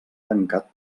tancat